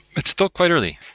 it's still quite early.